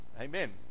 amen